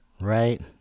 Right